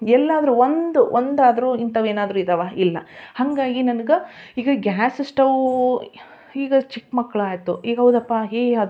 ಎಲ್ಲಾದರೂ ಒಂದು ಒಂದಾದರೂ ಇಂಥವ್ ಏನಾದರೂ ಇದಾವ ಇಲ್ಲ ಹಾಗಾಗಿ ನನ್ಗೆ ಈಗ ಗ್ಯಾಸ್ ಸ್ಟವೂ ಈಗ ಚಿಕ್ಕ ಮಕ್ಕಳು ಆಯಿತು ಈಗ ಹೌದಪ್ಪ ಏ ಅದೂ